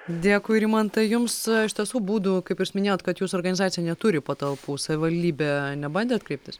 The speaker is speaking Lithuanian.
dėkui rimantai jums iš tiesų būdų kaip jūs minėjote kad jūsų organizacija neturi patalpų į savivaldybę nebandėt kreiptis